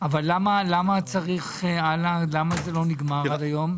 אבל למה זה לא נגמר עד היום?